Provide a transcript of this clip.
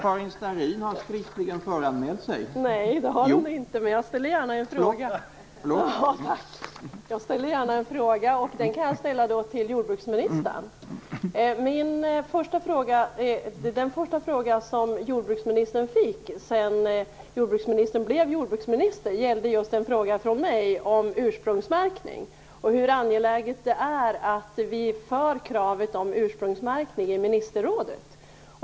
Herr talman! Jag ställer gärna en fråga till jordbruksministern. Den första fråga som jordbruksministern fick sedan hon blivit jordbruksminister var en fråga från mig om ursprungsmärkning. Den gällde hur angeläget det är att vi för kravet om ursprungsmärkning i ministerrådet.